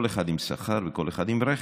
כל אחד עם שכר וכל אחד עם רכב.